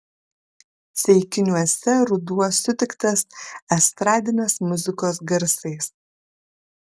ceikiniuose ruduo sutiktas estradinės muzikos garsais